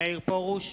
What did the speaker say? מאיר פרוש,